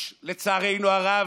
יש, לצערנו הרב,